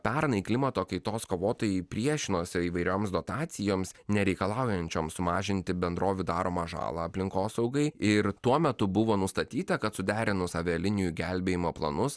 pernai klimato kaitos kovotojai priešinosi įvairioms dotacijoms nereikalaujančiom sumažinti bendrovių daromą žalą aplinkosaugai ir tuo metu buvo nustatyta kad suderinus avialinijų gelbėjimo planus